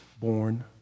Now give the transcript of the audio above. born